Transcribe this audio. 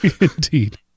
Indeed